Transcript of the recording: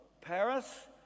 Paris